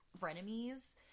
frenemies